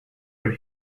for